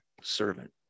servant